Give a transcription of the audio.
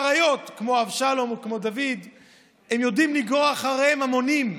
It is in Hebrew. אריות כמו אבשלום או כמו דוד יודעים לגרור אחריהם המונים,